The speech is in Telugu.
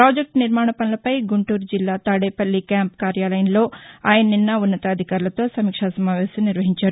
పాజెక్లు నిర్మాణ పనులపై గుంటూరు జిల్లా తాడేపల్లి క్యాంపు కార్యాలయంలో ఆయన నిన్న ఉన్నతాధికారులతో సమీక్షా సమావేశం నిర్వహించారు